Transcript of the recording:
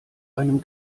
einem